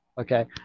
okay